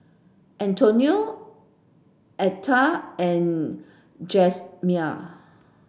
Antonia Atha and Jazmyne